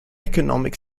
economic